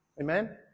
Amen